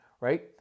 right